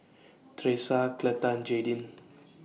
Tresa Cleta and Jadyn